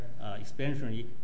expansionary